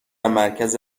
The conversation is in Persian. مرکز